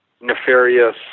nefarious